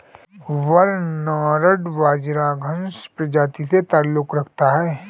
barnyard बाजरा घांस प्रजाति से ताल्लुक रखता है